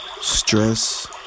stress